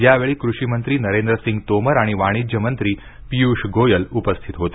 यावेळी कृषी मंत्री नरेंद्र सिंग तोमर आणि वाणिज्य मंत्री पीयूष गोयल उपस्थित होते